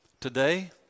today